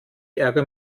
ärger